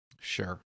Sure